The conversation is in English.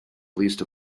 least